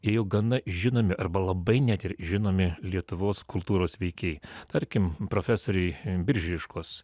ėjo gana žinomi arba labai net ir žinomi lietuvos kultūros veikėjai tarkim profesoriai biržiškos